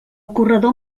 corredor